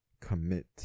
commit